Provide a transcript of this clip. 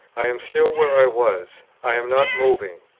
i am still where i was i am not moving.